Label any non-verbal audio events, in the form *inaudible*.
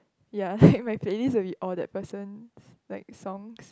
ya *breath* my playlist will be all the person's like songs